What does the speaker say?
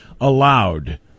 allowed